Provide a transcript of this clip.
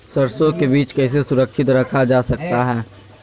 सरसो के बीज कैसे सुरक्षित रखा जा सकता है?